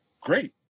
great